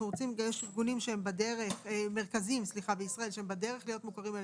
יש מרכזים בישראל שהם בדרך להיות מוכרים על